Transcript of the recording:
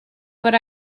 but